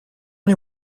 les